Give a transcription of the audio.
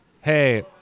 hey